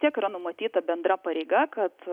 tiek yra numatyta bendra pareiga kad